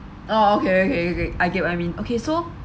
oh okay okay okay I get what you mean okay so